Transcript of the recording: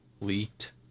leaked